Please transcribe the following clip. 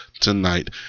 tonight